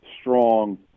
strong